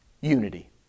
Unity